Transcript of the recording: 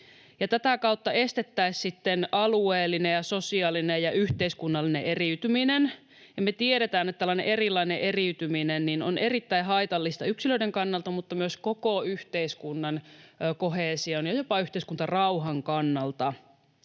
tätä kautta estettäisiin sitten alueellinen ja sosiaalinen ja yhteiskunnallinen eriytyminen. Me tiedetään, että tällainen eriytyminen on erittäin haitallista yksilöiden kannalta mutta myös koko yhteiskunnan koheesion ja jopa yhteiskuntarauhan kannalta.